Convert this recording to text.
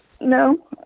No